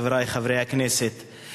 חברי חברי הכנסת,